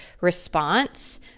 response